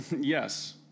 Yes